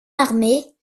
armée